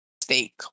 steak